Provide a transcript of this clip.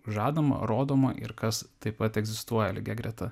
žadama rodoma ir kas taip pat egzistuoja lygia greta